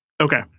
Okay